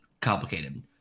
complicated